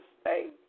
stay